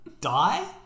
Die